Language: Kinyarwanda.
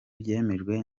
byemejwe